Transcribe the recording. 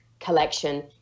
collection